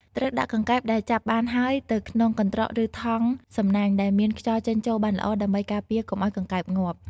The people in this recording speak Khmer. ត្រូវដាក់កង្កែបដែលចាប់បានហើយទៅក្នុង កន្ត្រក ឬ ថង់សំណាញ់ ដែលមានខ្យល់ចេញចូលបានល្អ ដើម្បីការពារកុំឲ្យកង្កែបងាប់។